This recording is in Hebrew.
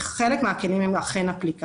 כאשר חלק מהכלים הם אפליקציות.